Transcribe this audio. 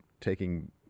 taking